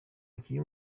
umukinnyi